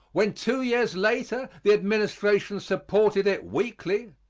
when two years later the administration supported it weakly,